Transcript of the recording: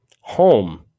Home